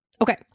Okay